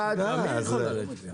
הסבר לסעיף 5 והצבעה.